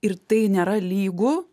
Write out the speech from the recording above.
ir tai nėra lygu